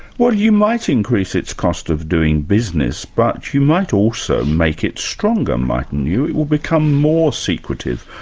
well you might increase its cost of doing business, but you might also make it stronger, mightn't you? it will become more secretive,